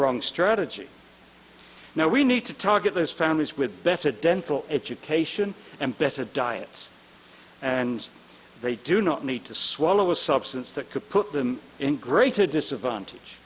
wrong strategy now we need to target those families with better dental education and better diets and they do not need to swallow a substance that could put them in greater disadvantage